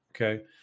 Okay